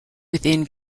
within